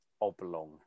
Oblong